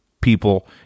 people